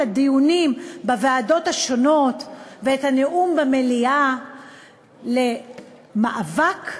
את הדיונים בוועדות השונות ואת הנאום במליאה למאבק באלימות,